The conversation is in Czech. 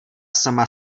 sama